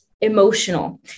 emotional